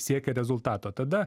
siekia rezultato tada